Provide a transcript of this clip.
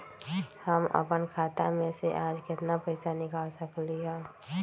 हम अपन खाता में से आज केतना पैसा निकाल सकलि ह?